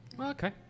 Okay